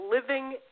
living